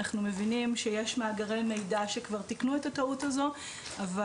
אנחנו מבינים שיש מאגרי מידע שכבר תיקנו את הטעות הזאת אבל